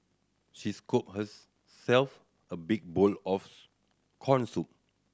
she scooped herself a big bowl of corn soup